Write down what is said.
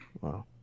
Wow